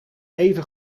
even